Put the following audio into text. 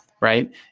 right